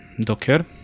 docker